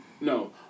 no